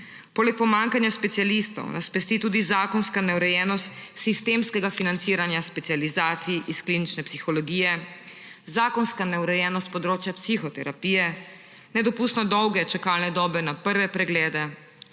Poleg pomanjkanja specialistov nas pestijo tudi zakonska neurejenost sistemskega financiranja specializacij iz klinične psihologije, zakonska neurejenost področja psihoterapije, nedopustno dolge čakalne dobe na prve preglede,